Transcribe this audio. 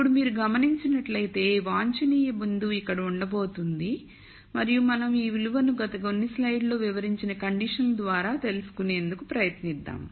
ఇప్పుడు మీరు గమనించినట్లయితే వాంఛనీయ బిందువు ఇక్కడ ఉండబోతోంది మరియు మనం ఈ విలువను గత కొన్ని స్లైడ్లలో వివరించిన కండిషన్ ద్వారా తెలుసుకునేందుకు ప్రయత్నిద్దాం